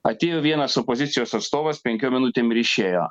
atėjo vienas opozicijos atstovas penkiom minutėm ir išėjo